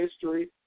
history